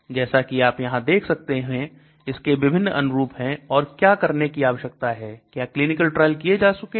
जैसा कि आप यहां देख सकते हो इसके विभिन्न अनुरूप हैं और क्या करने की आवश्यकता है क्या क्लिनिकल ट्रायल किए जा चुके हैं